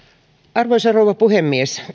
arvoisa rouva puhemies